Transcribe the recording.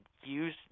use